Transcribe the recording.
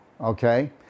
okay